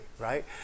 right